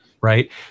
Right